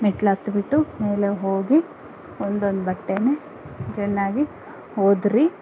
ಮೆಟ್ಲು ಹತ್ಬಿಟ್ಟು ಮೇಲೆ ಹೋಗಿ ಒಂದೊಂದೇ ಬಟ್ಟೇನ ಚೆನ್ನಾಗಿ ಒದರಿ